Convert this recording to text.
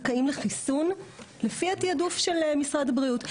זכאים לחיסון לפי התיעדוף של משרד הבריאות.